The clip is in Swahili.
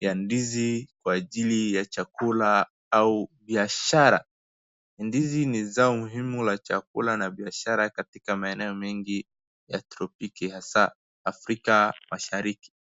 ya ndizi kwa ajili ya chakula au biashara. Ndizi ni zao muhimu na chakula na biashara katika maisha maeneo mengi ya tropiki hasa Afrika Mashiriki.